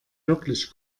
wirklich